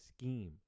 scheme